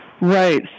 Right